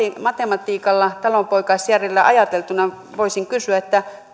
matematiikalla talonpoikaisjärjellä ajateltuna voisin kysyä